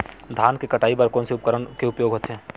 धान के कटाई बर कोन से उपकरण के उपयोग होथे?